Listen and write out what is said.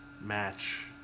match